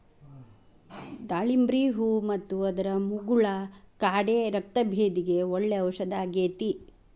ದಾಳಿಂಬ್ರಿ ಹೂ ಮತ್ತು ಅದರ ಮುಗುಳ ಕಾಡೆ ರಕ್ತಭೇದಿಗೆ ಒಳ್ಳೆ ಔಷದಾಗೇತಿ